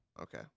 Okay